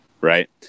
Right